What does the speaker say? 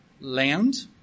land